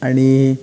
आनी